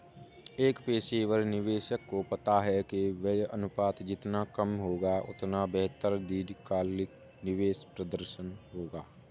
एक पेशेवर निवेशक को पता है कि व्यय अनुपात जितना कम होगा, उतना बेहतर दीर्घकालिक निवेश प्रदर्शन होगा